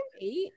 eight